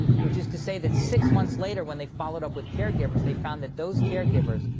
which is to say that six months later when they followed up with care givers they found that those care givers,